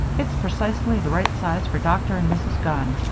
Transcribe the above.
it's precisely the right size for doctor and mrs. gunn,